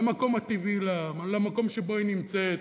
למקום הטבעי לה, למקום שבו היא נמצאת.